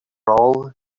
all